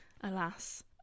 alas